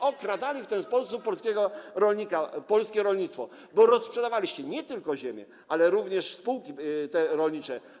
okradaliście w ten sposób polskiego rolnika, polskie rolnictwo, bo rozprzedawaliście nie tylko ziemię, ale również spółki rolnicze.